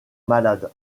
malade